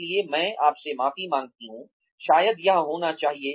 इसलिए मैं आपसे माफी मांगती हूँ शायद यह होना चाहिए